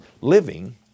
living